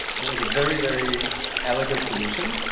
it was a very, very elegant solution.